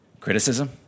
Criticism